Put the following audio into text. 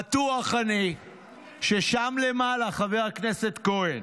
בטוח אני ששם למעלה, חבר הכנסת כהן,